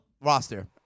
roster